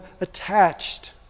attached